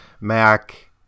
Mac